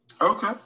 Okay